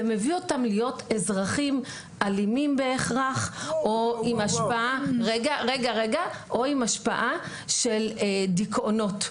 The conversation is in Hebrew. זה מביא אותם להיות אזרחים אלימים בהכרח או עם השפעה של דיכאונות.